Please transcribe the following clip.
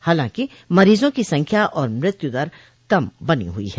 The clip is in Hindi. हालांकि मरीजों की संख्या और मृत्यु दर कम बनी हुई है